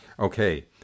Okay